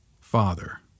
Father